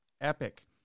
epic